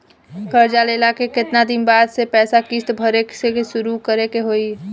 कर्जा लेला के केतना दिन बाद से पैसा किश्त भरे के शुरू करे के होई?